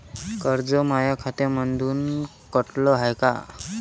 कर्ज माया खात्यामंधून कटलं हाय का?